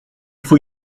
faut